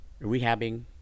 rehabbing